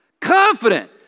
confident